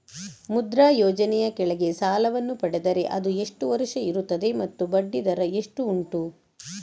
ಮುದ್ರಾ ಯೋಜನೆ ಯ ಕೆಳಗೆ ಸಾಲ ವನ್ನು ಪಡೆದರೆ ಅದು ಎಷ್ಟು ವರುಷ ಇರುತ್ತದೆ ಮತ್ತು ಬಡ್ಡಿ ದರ ಎಷ್ಟು ಉಂಟು?